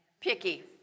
Picky